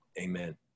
Amen